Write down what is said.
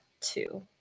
two